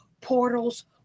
portals